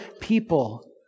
people